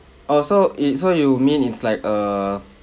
oh so it so you mean it's like a